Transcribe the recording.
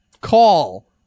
call